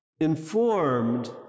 informed